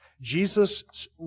Jesus